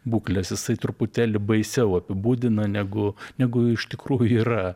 būkles jisai truputėlį baisiau apibūdina negu negu iš tikrųjų yra